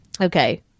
Okay